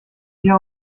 mir